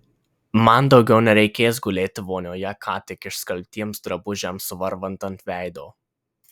man daugiau nereikės gulėti vonioje ką tik išskalbtiems drabužiams varvant ant veido